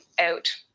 out